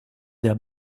der